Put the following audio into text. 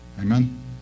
Amen